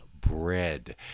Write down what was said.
bread